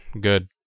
good